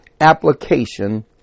application